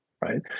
right